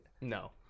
No